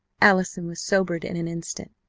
allison was sobered in an instant.